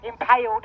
impaled